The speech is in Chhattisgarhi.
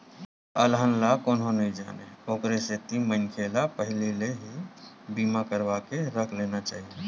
अलहन ला कोनो नइ जानय ओखरे सेती मनखे ल पहिली ले ही बीमा करवाके रख लेना चाही